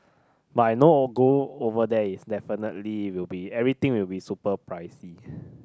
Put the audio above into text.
but I know now go over there is definitely will be everything will be super pricey